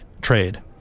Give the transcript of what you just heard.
trade